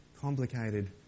complicated